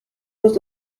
los